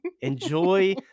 enjoy